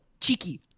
cheeky